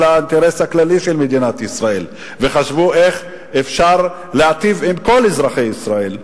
האינטרס הכללי של מדינת ישראל וחשבו איך אפשר להיטיב עם כל אזרחי ישראל.